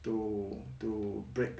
to to break